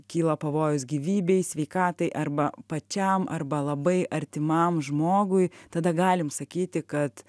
kyla pavojus gyvybei sveikatai arba pačiam arba labai artimam žmogui tada galim sakyti kad